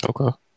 Okay